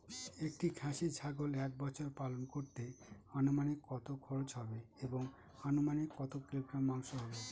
একটি খাসি ছাগল এক বছর পালন করতে অনুমানিক কত খরচ হবে এবং অনুমানিক কত কিলোগ্রাম মাংস হবে?